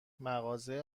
مغازه